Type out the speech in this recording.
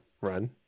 run